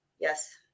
Yes